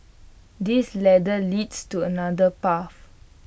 this ladder leads to another path